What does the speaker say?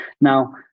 Now